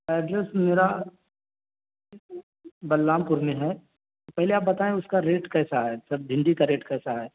address میرا Balrampur میں ہے پہلے آپ بتائیں اس کا ریٹ کیسا ہے سب بھنڈی کا ریٹ کیسا ہے